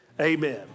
Amen